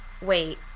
Wait